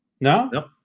no